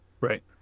Right